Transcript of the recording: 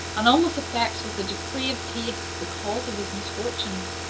and almost affects, with a depraved taste, the cause of his misfortunes?